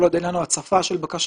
כל עוד אין לנו הצפה של בקשות,